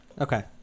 Okay